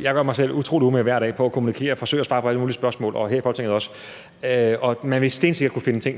Jeg gør mig selv utrolig umage med hver dag at kommunikere og forsøger at svare på alle mulige spørgsmål – også her i Folketinget. Og man vil stensikkert kunne finde ting,